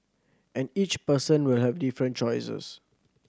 and each person will have different choices